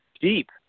deep